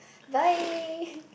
bye